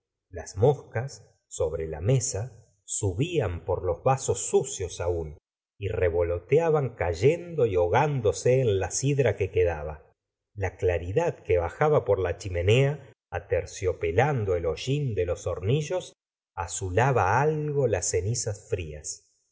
las moscas sobre la mesa subían por los vasos sucios an y revoloteaban cayendo y ahogándose en la sidra que quedaba la claridad que bajaba por la chimenea aterciopelando el hollín de los hornillos azulaba algo las cenizas frías